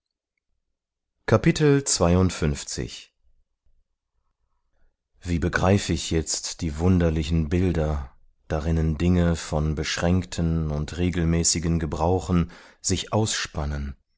wie begreif ich jetzt die wunderlichen bilder darinnen dinge von beschränkten und regelmäßigen gebrauchen sich ausspannen